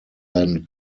then